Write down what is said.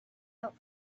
out